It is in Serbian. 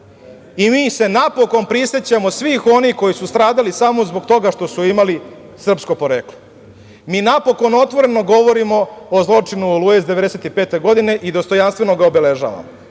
Mi se, napokon prisećamo svih onih koji su stradali samo zbog toga što su imali srpsko poreklo. Mi napokon otvoreno govorimo o zločinu oluje iz 1995. godine i dostojanstveno ga obeležavamo.